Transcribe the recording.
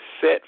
set